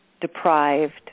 deprived